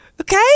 Okay